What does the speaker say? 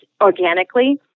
organically